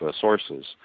sources